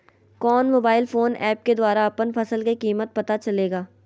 कौन mobile phone app के द्वारा अपन फसल के कीमत पता चलेगा?